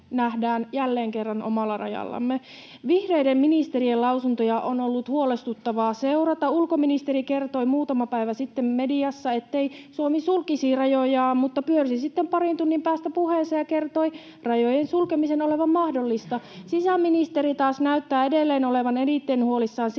nähdään jälleen kerran omalla rajallamme. Vihreiden ministerien lausuntoja on ollut huolestuttavaa seurata. Ulkoministeri kertoi muutama päivä sitten mediassa, ettei Suomi sulkisi rajojaan, mutta pyörsi sitten parin tunnin päästä puheensa ja kertoi rajojen sulkemisen olevan mahdollista. Sisäministeri taas näyttää edelleen olevan eniten huolissaan